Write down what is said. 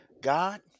God